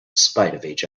spite